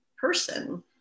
person